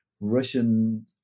Russian